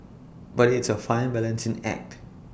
but it's A fine balancing act